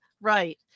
right